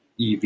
ev